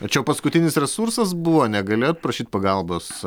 tai čia jau paskutinis resursas buvo negalėjot prašyt pagalbos